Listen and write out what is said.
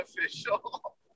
official